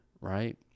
right